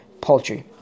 poultry